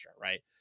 Right